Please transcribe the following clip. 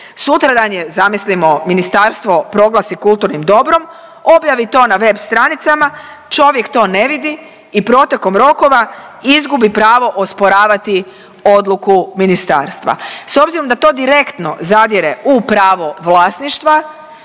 sutradan je zamislimo ministarstvo proglasi kulturnim dobrom, objavi to na web stranicama, čovjek to ne vidi i protekom rokova izgubi pravo osporavati odluku ministarstva. S obzirom da to direktno zadire u pravo vlasništva